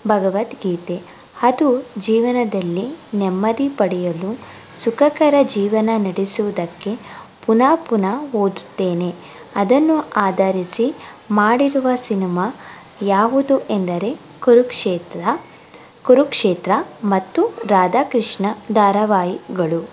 ಭಗವದ್ಗೀತೆ ಅದು ಜೀವನದಲ್ಲಿ ನೆಮ್ಮದಿ ಪಡೆಯಲು ಸುಖಕರ ಜೀವನ ನಡೆಸುವುದಕ್ಕೆ ಪುನಃ ಪುನಃ ಓದುತ್ತೇನೆ ಅದನ್ನು ಆಧರಿಸಿ ಮಾಡಿರುವ ಸಿನಿಮಾ ಯಾವುದು ಎಂದರೆ ಕುರುಕ್ಷೇತ್ರ ಕುರುಕ್ಷೇತ್ರ ಮತ್ತು ರಾಧಾ ಕೃಷ್ಣ ಧಾರಾವಾಹಿಗಳು